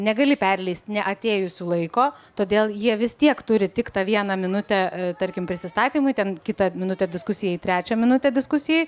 negali perleist neatėjusių laiko todėl jie vis tiek turi tik tą vieną minutę tarkim prisistatymui ten kitą minutę diskusijai trečią minutę diskusijai